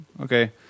okay